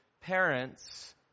parents